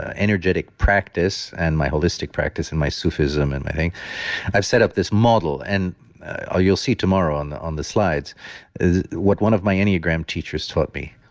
ah energetic practice and my holistic practice in my sufism and, i've set up this model and ah you'll see tomorrow on the on the slides what one of my enneagram teachers taught me.